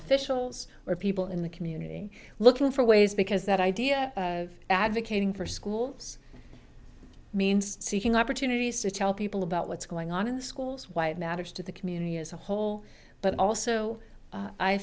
officials or people in the community looking for ways because that idea of advocating for schools means seeking opportunities to tell people about what's going on in the schools why it matters to the community as a whole but also